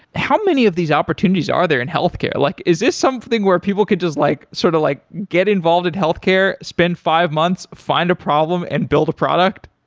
how many of these opportunities are there in healthcare? like is this something where people could just like sort of like get involved in healthcare, spend five months, find a problem and build a product?